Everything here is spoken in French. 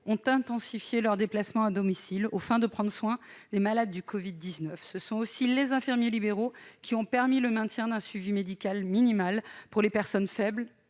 ont intensifié leurs déplacements à domicile aux fins de prendre soin des malades du Covid-19. Ce sont aussi les infirmiers libéraux qui ont permis le maintien d'un suivi médical minimal pour les personnes faibles,